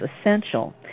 essential